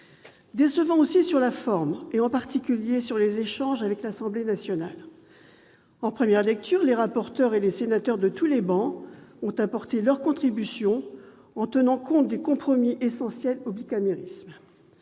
décevant aussi sur la forme, en particulier au regard des échanges avec l'Assemblée nationale. En première lecture, les rapporteurs et les sénateurs de tous les groupes ont apporté leur contribution, en tenant compte du fait que les compromis sont essentiels au bicamérisme.